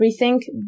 rethink